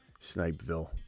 Snipeville